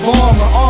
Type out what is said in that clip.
armor